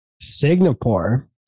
Singapore